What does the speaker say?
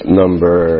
number